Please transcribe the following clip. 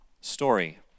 story